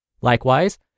Likewise